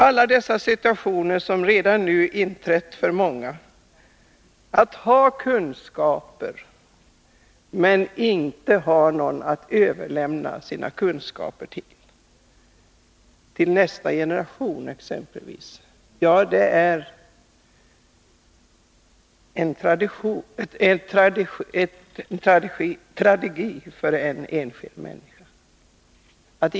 Alla dessa situationer som redan nu inträtt för många, att ha kunskaper men inte ha någon att överlämna sina kunskaper till, exempelvis till nästa generation, är en tragedi för en enskild människa.